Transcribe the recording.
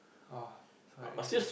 oh